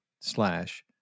slash